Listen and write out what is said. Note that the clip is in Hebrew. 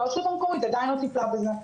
והרשות המקומית עדיין לא טיפלה בזה.